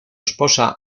esposa